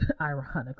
ironically